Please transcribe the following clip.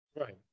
right